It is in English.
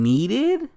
Needed